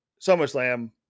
SummerSlam